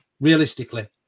Realistically